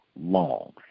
long